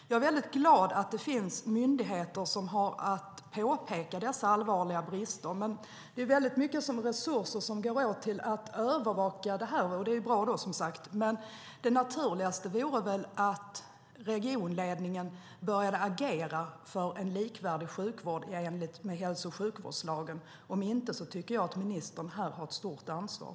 Jag är mycket glad att det finns myndigheter som har att påpeka dessa allvarliga brister, men det är väldigt mycket resurser som går åt till att övervaka detta. Det är bra, men det naturligaste vore väl att regionledningen började agera för en likvärdig sjukvård i enlighet med hälso och sjukvårdslagen. Om den inte gör det tycker jag att ministern har ett stort ansvar.